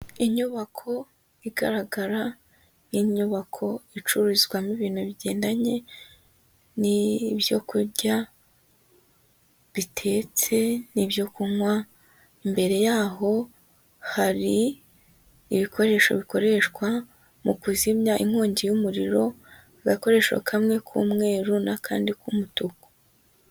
Inyubako igaragara, inyubako icururizwamo ibintu bigendanye n'ibyo kurya bitetse n'ibyo kunywa, imbere yaho hari ibikoresho bikoreshwa mu kuzimya inkongi y'umuriro, agakoresho kamwe k'umweru n'akandi k'umutuku.